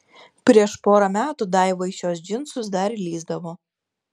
prieš porą metų daiva į šiuos džinsus dar įlįsdavo